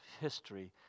history